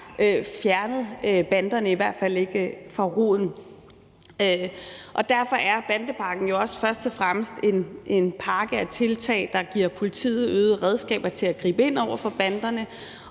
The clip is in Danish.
fjernet banderne, i hvert fald ikke roden til det. Derfor er bandepakken jo også først og fremmest en pakke af tiltag, der giver politiet øgede redskaber til at gribe ind over for banderne